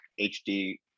hd